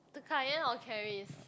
to Kai Yan or Carice